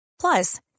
Plus